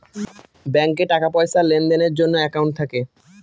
ব্যাঙ্কে টাকা পয়সার লেনদেনের জন্য একাউন্ট থাকে